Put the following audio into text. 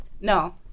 No